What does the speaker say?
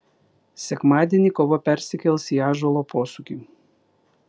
sekmadienį kova persikels į ąžuolo posūkį